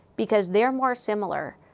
because they are more similar.